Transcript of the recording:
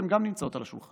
והן גם נמצאות על השולחן,